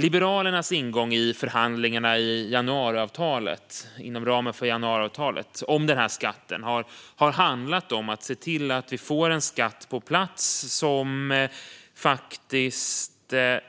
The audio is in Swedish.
Liberalernas ingång i förhandlingarna inom ramen för januariavtalet om den här skatten har varit att se till att vi får en skatt på plats som faktiskt